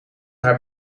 haar